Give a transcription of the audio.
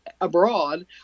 abroad